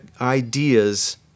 ideas